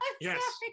Yes